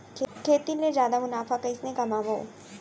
खेती ले जादा मुनाफा कइसने कमाबो?